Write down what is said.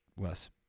less